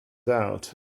out